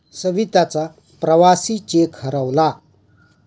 सविताचा प्रवासी चेक हरवला